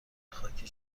خاکی